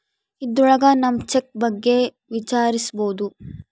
ಇದ್ರೊಳಗ ನಮ್ ಚೆಕ್ ಬಗ್ಗೆ ವಿಚಾರಿಸ್ಬೋದು